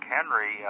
Henry